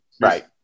right